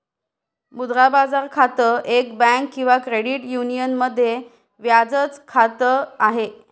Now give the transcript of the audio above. मुद्रा बाजार खातं, एक बँक किंवा क्रेडिट युनियन मध्ये व्याजाच खात आहे